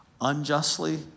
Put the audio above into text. unjustly